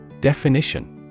Definition